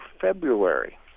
February